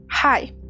Hi